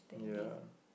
ya